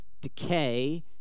decay